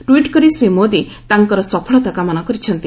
ଟ୍ପିଟ୍ କରି ଶ୍ରୀ ମୋଦୀ ତାଙ୍କର ସଫଳତା କାମନା କରିଛନ୍ତି